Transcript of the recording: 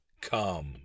come